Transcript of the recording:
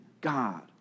God